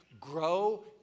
grow